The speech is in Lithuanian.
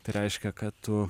tai reiškia kad tu